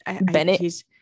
bennett